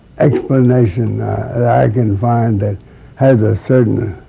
explanation that i can find that has a certain